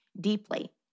deeply